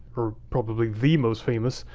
or probably the most famous,